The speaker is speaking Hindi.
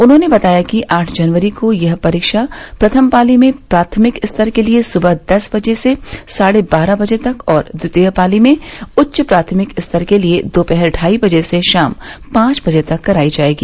उन्होंने बताया कि आठ जनवरी को यह परीक्षा प्रथम पाली में प्राथमिक स्तर के लिये सुबह दस बजे से साढ़े बारह बजे तक और द्वितीय पाली में उच्च प्राथमिक स्तर के लिये दोपहर ढाई बजे से शाम पांच बजे तक करायी जायेगी